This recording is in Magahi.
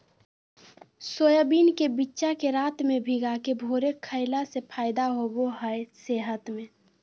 सोयाबीन के बिच्चा के रात में भिगाके भोरे खईला से फायदा होबा हइ सेहत में